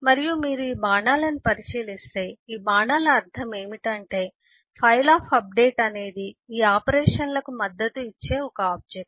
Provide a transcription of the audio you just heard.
మరియు మీరు బాణాలను పరిశీలిస్తే ఈ బాణాల అర్థం ఏమిటంటే ఫైల్ ఆఫ్ అప్డేట్ అనేది ఈ ఆపరేషన్లకు మద్దతు ఇచ్చే ఒక ఆబ్జెక్ట్